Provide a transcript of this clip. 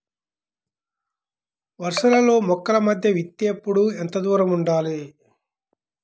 వరసలలో మొక్కల మధ్య విత్తేప్పుడు ఎంతదూరం ఉండాలి?